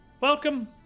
Welcome